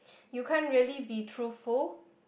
you can't really be truthful